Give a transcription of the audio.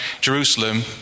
Jerusalem